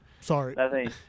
Sorry